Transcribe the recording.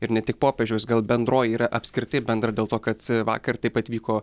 ir ne tik popiežiaus gal bendroji yra apskritai bendra dėl to kad vakar taip pat vyko